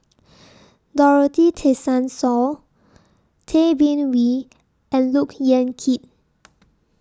Dorothy Tessensohn Tay Bin Wee and Look Yan Kit